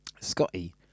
Scotty